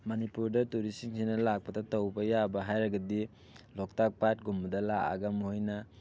ꯃꯅꯤꯄꯨꯔꯗ ꯇꯨꯔꯤꯁ ꯁꯤꯡꯁꯤꯅ ꯂꯥꯛꯄꯗ ꯇꯧꯕ ꯌꯥꯕ ꯍꯥꯏꯔꯒꯗꯤ ꯂꯣꯛꯇꯥꯛ ꯄꯥꯠꯒꯨꯝꯕꯗ ꯂꯥꯛꯑꯒ ꯃꯣꯏꯅ